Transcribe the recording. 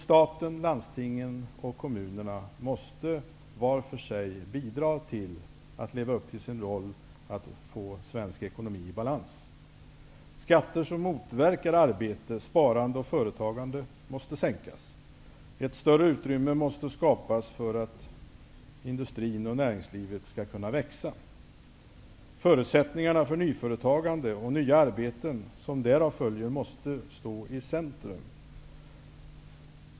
Staten, landstingen och kommunerna måste var för sig bidra till att få svensk ekonomi i balans. Skatter som motverkar arbete, sparande och företagande måste sänkas. Ett större utrymme måste skapas för att industrin och näringslivet skall kunna växa. Förutsättningarna för nyföretagande och nya arbeten som följer därav måste stå i centrum.